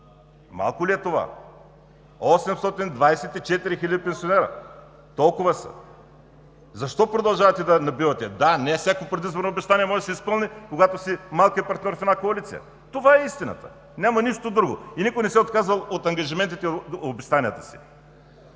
Малко ли е това? 824 хиляди пенсионери – толкова са. Защо продължавате да набивате? Да, не всяко предизборно обещание може да се изпълни, когато си малкият партньор в една коалиция. Това е истината. Няма нищо друго. И никой не се е отказвал от ангажиментите и от обещанията си.